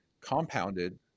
compounded